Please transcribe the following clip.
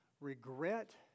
regret